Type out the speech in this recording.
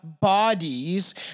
bodies